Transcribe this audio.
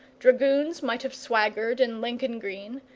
dragoons might have swaggered in lincoln green,